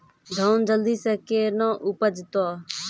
धान जल्दी से के ना उपज तो?